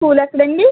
school ఎక్కడండి